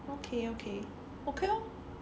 okay okay okay lor